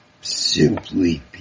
simply